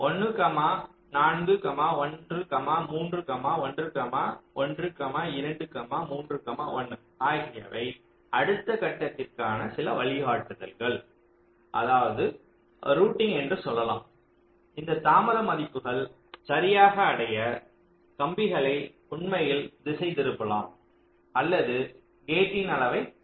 1 4 1 3 1 1 2 3 1 ஆகியவை அடுத்த கட்டத்திற்கான சில வழிகாட்டுதல்கள் அதாவது ரூட்டிங் என்று சொல்லலாம் இந்த தாமத மதிப்புகள் சரியாக அடைய கம்பிகளை உண்மையில் திசைதிருப்பலாம் அல்லது கேட்டின் அளவை மாற்றலாம்